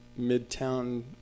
midtown